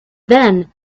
then